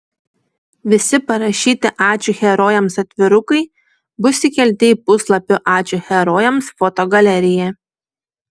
visi parašyti ačiū herojams atvirukai bus įkelti į puslapio ačiū herojams fotogaleriją